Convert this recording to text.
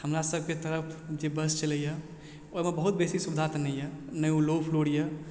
हमरा सबके तरफ जे बस चलइय ओइमे बहुत बेसी सुविधा तऽ नहि यऽ नहि उ लो फ्लोर य